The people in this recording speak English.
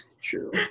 True